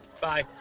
Bye